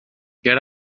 get